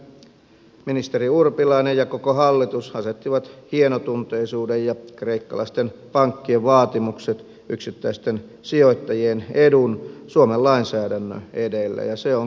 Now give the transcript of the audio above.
siinä ministeri urpilainen ja koko hallitus asettivat hienotunteisuuden ja kreikkalaisten pankkien vaatimukset yksittäisten sijoittajien edun suomen lainsäädännön edelle ja se on kyllä huolestuttavaa